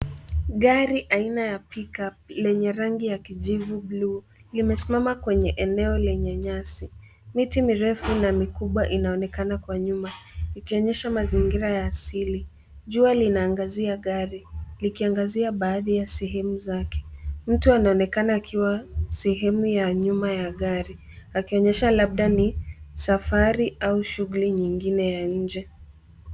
Gari aina ya pick-up, yenye rangi ya kijivu, buluu, limesimama kwenye eneo la nyasi. Miti mirefu na mikubwa inaonekana nyuma, ikionyesha mazingira ya asili. Jua linaangazia gari, likiangazia baadhi ya sehemu zake. Mtu anaonekana akiwa sehemu ya nyuma ya gari, akionyesha labda ni safari au shughuli nyingine ya nje.